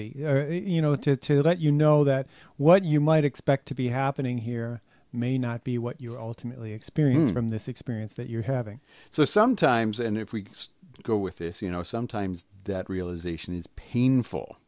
be you know to to let you know that what you might expect to be happening here may not be what you all to me the experience from this experience that you're having so sometimes and if we just go with this you know sometimes that realisation is painful